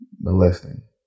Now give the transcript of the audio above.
molesting